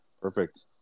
Perfect